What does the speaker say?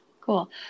cool